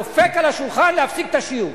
דופק על השולחן להפסיק את השיעור.